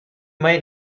might